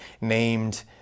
named